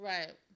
Right